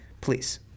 please